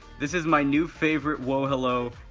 this is my new favorite wohello.